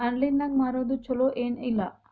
Online ನಾಗ್ ಮಾರೋದು ಛಲೋ ಏನ್ ಇಲ್ಲ?